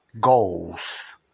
goals